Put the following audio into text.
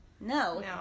No